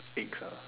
picker